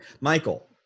michael